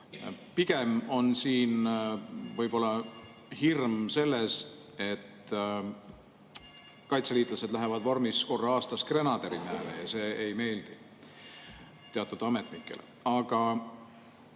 Pigem on siin võib-olla hirm selle ees, et kaitseliitlased lähevad vormis korra aastas Grenaderile, ja see ei meeldi teatud ametnikele. Äkki